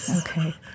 Okay